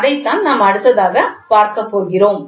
அதைத்தான் நாம் அடுத்ததாக பார்க்கப் போகிறோம்